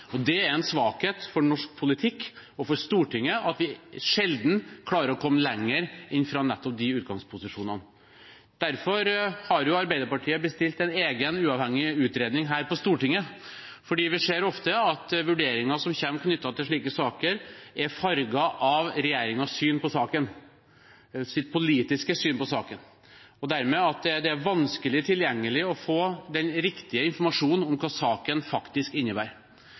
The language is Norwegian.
sådant. Det er en svakhet for norsk politikk og for Stortinget at vi sjelden klarer å komme lenger enn nettopp de utgangsposisjonene. Derfor har Arbeiderpartiet bestilt en egen uavhengig utredning her på Stortinget, fordi vi ofte ser at vurderinger som kommer knyttet til slike saker, er farget av regjeringens politiske syn på saken. Dermed er det vanskelig å få den riktige informasjonen om hva saken faktisk innebærer.